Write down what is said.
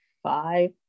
five